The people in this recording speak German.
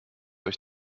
euch